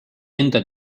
enda